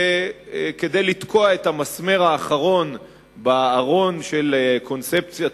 וכדי לתקוע את המסמר האחרון בארון של קונספציית